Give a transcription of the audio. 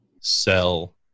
sell